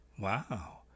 Wow